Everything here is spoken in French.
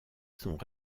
sont